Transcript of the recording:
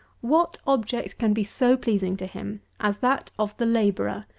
what object can be so pleasing to him as that of the labourer,